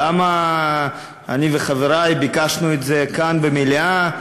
למה אני וחברי ביקשנו את זה כאן במליאה?